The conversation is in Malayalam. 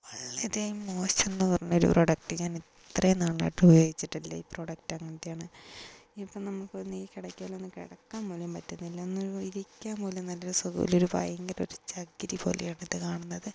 വളരെ മോശം എന്ന് പറഞ്ഞൊരു പ്രൊഡക്ട് ഞാൻ ഇത്രയും നാളായിട്ട് ഉപയോഗിച്ചിട്ടില്ല ഈ പ്രൊഡക്ട് അങ്ങനത്തെയാണ് ഇപ്പം നമുക്കൊന്ന് ഈ കിടക്കയിലൊന്ന് കിടക്കാൻ പോലും പറ്റുന്നില്ല ഒന്നു ഇരിക്കാൻ പോലും നല്ലൊരു സുഖമില്ല ഒരു ഭയങ്കര ഒരു ചകിരി പോലെയാണ് ഇത് കാണുന്നത്